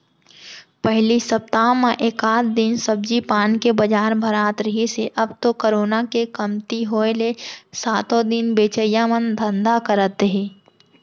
पहिली सप्ता म एकात दिन सब्जी पान के बजार भरात रिहिस हे अब तो करोना के कमती होय ले सातो दिन बेचइया मन धंधा करत हे